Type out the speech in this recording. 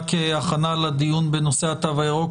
רק כהכנה לדיון בנושא התו הירוק,